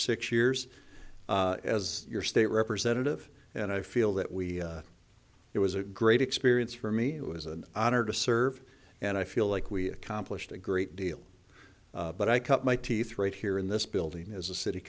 six years as your state representative and i feel that we it was a great experience for me it was an honor to serve and i feel like we accomplished a great deal but i cut my teeth right here in this building as a city